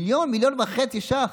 מיליון, מיליון וחצי ש"ח,